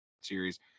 Series